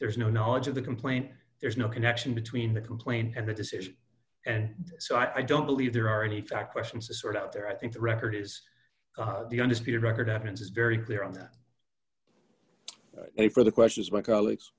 there's no knowledge of the complaint there's no connection between the complaint and the decision and so i don't believe there are any fact questions to sort out there i think the record is the undisputed record evidence is very clear on that any further questions my colleagues